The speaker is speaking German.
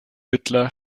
hitler